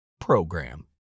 program